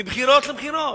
מבחירות לבחירות.